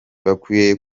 bakwiriye